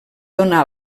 donar